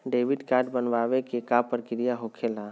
Debit card बनवाने के का प्रक्रिया होखेला?